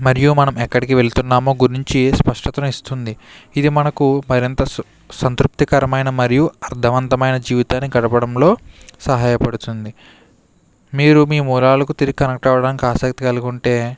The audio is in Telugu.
మరియు మనం ఎక్కడికి వెళ్తున్నామో గురించి స్పష్టతను ఇస్తుంది ఇది మనకు మరింత స సంతృప్తికరమైన మరియు అర్థవంతమైన జీవితాన్ని గడపడంలో సహాయపడుతుంది మీరు మీ మూలాలకు తిరిగి కనెక్ట్ అవ్వడానికి ఆసక్తి కలిగి ఉంటే